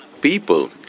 people